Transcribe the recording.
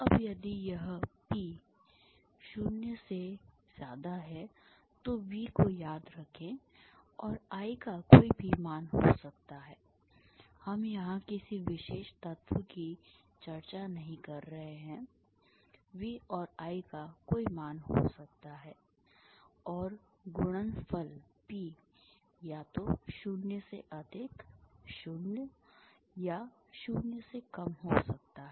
अब यदि यह P 0 है तो V को याद रखें और I का कोई भी मान हो सकता है हम यहां किसी विशेष तत्व की चर्चा नहीं कर रहे हैं V और I का कोई मान हो सकता है और गुणनफल P या तो 0 0 या 0 हो सकता है